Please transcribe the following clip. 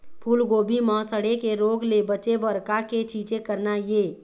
फूलगोभी म सड़े के रोग ले बचे बर का के छींचे करना ये?